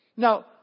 Now